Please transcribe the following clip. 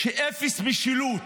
אפס משילות.